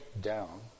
down